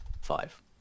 five